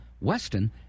Weston